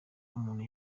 umuntu